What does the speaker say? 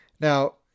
Now